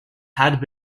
had